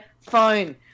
phone